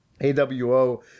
AWO